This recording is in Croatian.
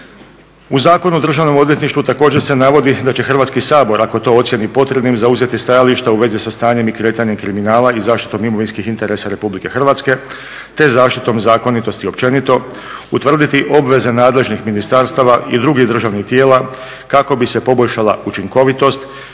U Zakonu o Državnom odvjetništvu također se navodi da će Hrvatski sabor ako to ocijeni potrebnim zauzeti stajališta u vezi sa stanjem i kretanjem kriminala i zaštitom imovinskih interesa Republike Hrvatske te zaštitom zakonitosti općenito, utvrditi obveze nadležnih ministarstava i drugih državnih tijela kako bi se poboljšala učinkovitost